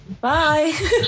Bye